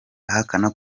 ahakana